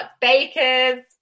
bakers